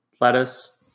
Lettuce